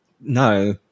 no